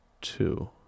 two